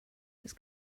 its